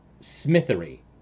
Smithery